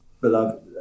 beloved